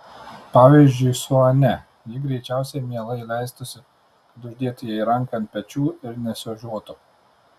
pavyzdžiui su ane ji greičiausiai mielai leistųsi kad uždėtų jai ranką ant pečių ir nesiožiuotų